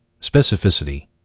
Specificity